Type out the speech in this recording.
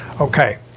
Okay